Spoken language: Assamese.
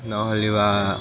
নহ'লে বা